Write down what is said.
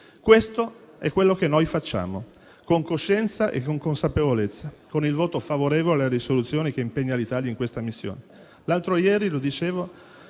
Questo è quello che noi facciamo, con coscienza e con consapevolezza, con il voto favorevole alla risoluzione che impegna l'Italia in questa missione.